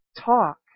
talk